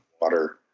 water